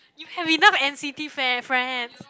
you have enough n_c_t fan friend